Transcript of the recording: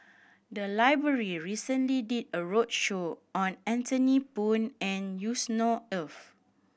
the library recently did a roadshow on Anthony Poon and Yusnor Ef